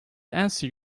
answer